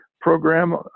program